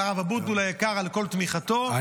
לרב אבוטבול היקר על כל תמיכתו,